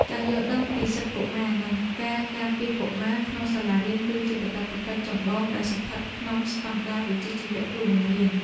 ការយល់ដឹងពីសិទ្ធិកុមារនិងការការពារកុមារក្នុងសាលារៀនគឺជាកាតព្វកិច្ចចម្បងដែលស្ថិតក្នុងស្តង់ដារវិជ្ជាជីវៈគ្រូបង្រៀន។